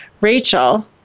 Rachel